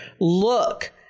look